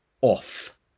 off